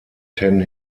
ten